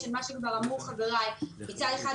כמו שאמרו חבריי מצד אחד,